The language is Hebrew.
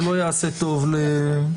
זה לא יעשה טוב לישראל